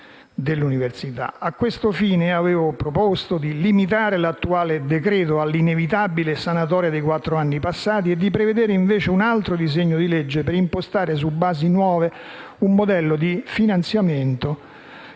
dell'università. A tal fine, avevo proposto di limitare l'attuale decreto-legge all'inevitabile sanatoria dei quattro anni passati e di prevedere, invece, un altro disegno di legge per impostare su basi nuove un modello di finanziamento